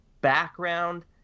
background